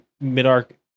mid-arc